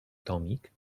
tomik